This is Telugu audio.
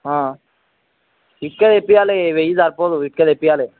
ఇటుక తెపించాలి వెయ్యి సరిపోదు ఇటుక తెపించాలి